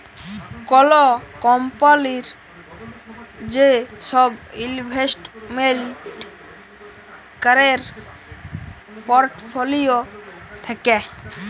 call কম্পলির যে সব ইলভেস্টমেন্ট ক্যরের পর্টফোলিও থাক্যে